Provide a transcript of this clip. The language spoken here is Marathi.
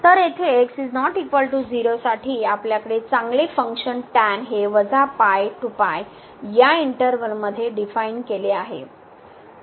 तर येथे x ≠ 0 साठी आपल्याकडे चांगले फंक्शन या इंटर्वल मध्ये डीफाइन केले आहे